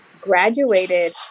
graduated